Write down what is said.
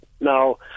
Now